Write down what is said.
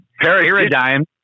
paradigm